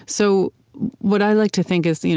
so what i like to think is, you know